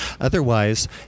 Otherwise